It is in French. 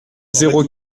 zéro